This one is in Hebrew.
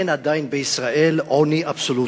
אין עדיין בישראל עוני אבסולוטי.